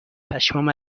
پشمام